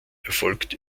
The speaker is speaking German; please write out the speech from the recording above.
erfolgt